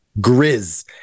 Grizz